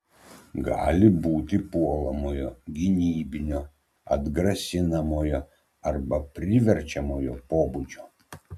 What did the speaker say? gali būti puolamojo gynybinio atgrasinamojo arba priverčiamojo pobūdžio